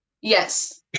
Yes